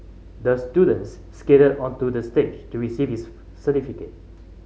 the students skated onto the stage to receive his certificate